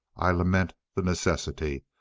i lament the necessity,